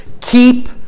Keep